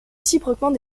réciproquement